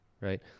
right